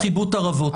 בחיבוט ערבות.